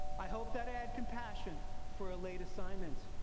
i hope that i had compassion for a late assignment.